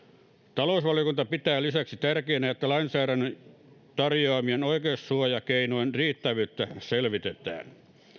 talousvaliokunta pitää lisäksi tärkeänä että lainsäädännön tarjoamien oikeussuojakeinojen riittävyyttä selvitetään